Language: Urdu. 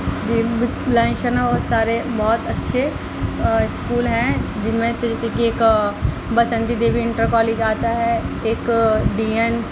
یہ سارے بہت اچھے اسکول ہیں جن میں سے جیسے کہ ایک بسنتی دیوی انٹر کالج آتا ہے ایک ڈی این